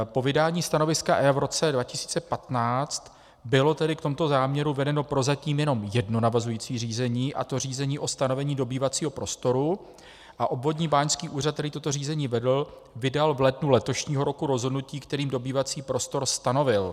Po vydání stanoviska EIA v roce 2015 bylo tedy v tomto záměru vedeno prozatím jenom jedno navazující řízení, a to řízení o stanovení dobývacího prostoru, a obvodní báňský úřad, který toto řízení vedl, vydal v lednu letošního roku rozhodnutí, kterým dobývací prostor stanovil.